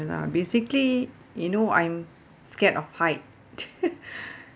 ya lah basically you know I'm scared of height